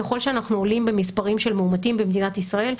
ככל שאנחנו עולים במספרים של מאומתים במדינת ישראל,